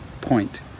point